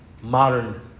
modern